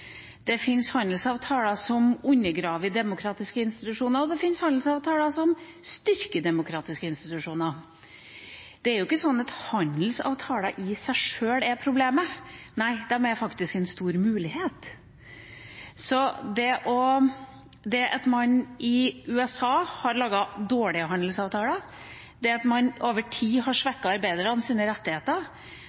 det finnes handelsavtaler som ikke gjør det. Det finnes handelsavtaler som undergraver demokratiske institusjoner, og det finnes handelsavtaler som styrker demokratiske institusjoner. Handelsavtaler i seg sjøl er ikke problemet. Nei, de er faktisk en stor mulighet. Så at man i USA har laget dårlige handelsavtaler, at man over tid har svekket arbeidernes rettigheter,